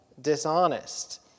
dishonest